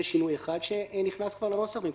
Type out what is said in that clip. זה שינוי אחד שנכנס כבר לנוסח.